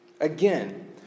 again